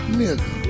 nigga